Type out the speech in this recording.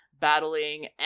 battling